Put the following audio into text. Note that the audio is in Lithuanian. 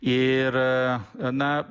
ir na